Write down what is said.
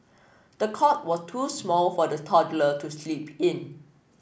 the cot was too small for the toddler to sleep in